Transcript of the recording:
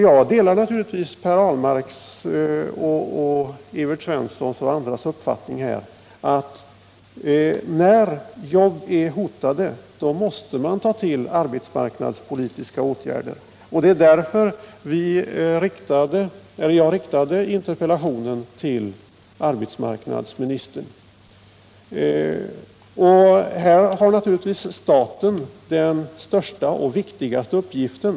Jag delar naturligtvis Per Ahlmarks, Evert Svenssons och andras uppfattning att när jobb är hotade måste man ta till arbetsmarknadspolitiska åtgärder. Och det är därför jag riktat interpellationen till arbetsmarknadsministern. Här har naturligtvis staten den största och viktigaste uppgiften.